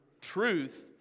Truth